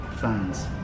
fans